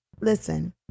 listen